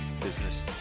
Business